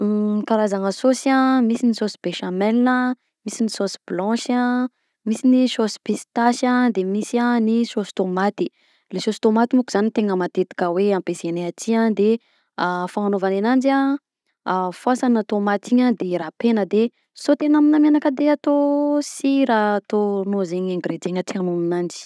Karazana saosy an: misy ny saosy bechamel a, misy ny saosy blanche a, misy ny saosy pistasy a, de misy a ny saosy tomaty, ny saosy tomaty monko zany tegna matetiky hoe ampiasagnay aty, de fagnanaovanay ananjy an, foasana tomaty igny de rapegna de saotena aminà menaka de atao sira, ataonao zegny ingrendient gne tianao atao amignanjy.